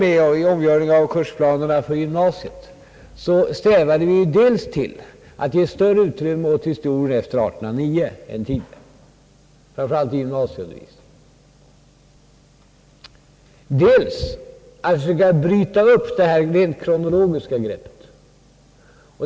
Vid omläggningen av kursplanerna för gymnasiet — åtminstone i den del där jag har medverkat — strävade vi dels till att ge större utrymme åt historien efter år 1809 än vi tidigare gjort, dels till att söka bryta upp det här rent kronologiska greppet.